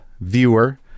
viewer